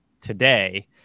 today